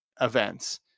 events